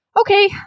Okay